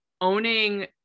owning